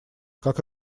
как